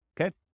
Okay